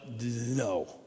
no